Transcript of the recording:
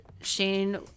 Shane